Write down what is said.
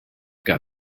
got